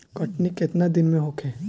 कटनी केतना दिन में होखे?